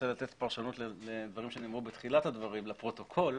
פרשנות לדברים שנאמרו בתחילת הדברים לפרוטוקול.